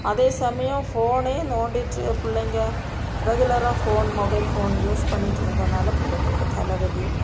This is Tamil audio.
அதே சமயம் ஃபோனே நோண்டிட்டு பிள்ளைங்க ரெகுலராக ஃபோன் மொபைல் ஃபோன் யூஸ் பண்ணிட்டு இருந்தனால் பிள்ளைங்களுக்கு தலைவலி